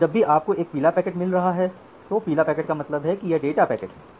और जब भी आपको एक पीला पैकेट मिल रहा है तो पीला पैकेट का मतलब है कि यह डेटा पैकेट है